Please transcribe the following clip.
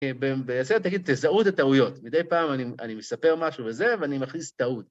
בעצם תגיד תזהו את הטעויות, מידי פעם אני מספר משהו וזה, ואני מכניס טעות.